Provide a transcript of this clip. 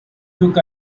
took